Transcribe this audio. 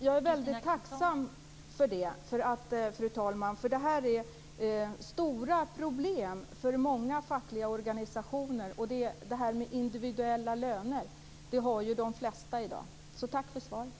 Fru talman! Jag är väldigt tacksam för det. Det är stora problem för många fackliga organisationer. De flesta har individuella löner i dag. Tack för svaret.